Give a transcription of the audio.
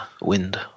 wind